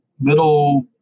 little